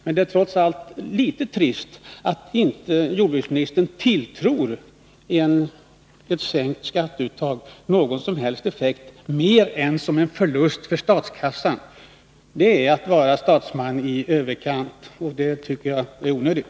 Men det är trots allt litet trist att inte jordbruksministern tilltror ett sänkt skatteuttag någon som helst effekt mer än som en förlust för statskassan. Det är att vara statsman i överkant, och det tycker jag är onödigt.